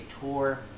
Tour